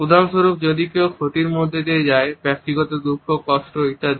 উদাহরণস্বরূপ যখন কেউ কিছু ক্ষতির মধ্য দিয়ে যায় ব্যক্তিগত দুঃখ কষ্ট ইত্যাদি